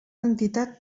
entitat